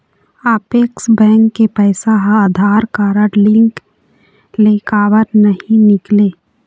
Apex bank के पैसा हा आधार कारड लिंक ले काबर नहीं निकले?